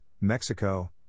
Mexico